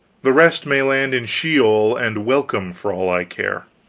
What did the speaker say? the rest may land in sheol and welcome for all i care.